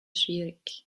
schwierig